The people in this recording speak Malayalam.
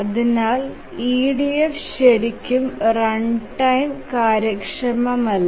അതിനാൽ EDF ശരിക്കും റൺടൈം കാര്യക്ഷമമല്ല